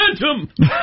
momentum